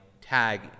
tag